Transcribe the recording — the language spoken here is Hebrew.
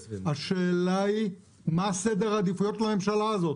השאלה היא מה סדר העדיפויות של הממשלה הזאת.